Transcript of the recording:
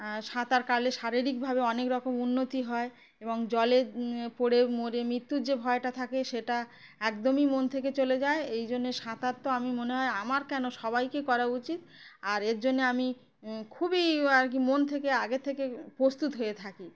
সাঁতার কাটলে শারীরিকভাবে অনেক রকম উন্নতি হয় এবং জলে পড়ে মরে মৃত্যুর যে ভয়টা থাকে সেটা একদমই মন থেকে চলে যায় এই জন্যে সাঁতার তো আমি মনে হয় আমার কেন সবাইকে করা উচিত আর এর জন্যে আমি খুবই আর কি মন থেকে আগে থেকে প্রস্তুত হয়ে থাকি